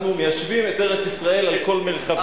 אנחנו מיישבים את ארץ-ישראל על כל מרחביה.